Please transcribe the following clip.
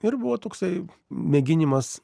ir buvo toksai mėginimas